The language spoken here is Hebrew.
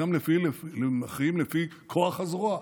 שם מכריעים לפי כוח הזרוע.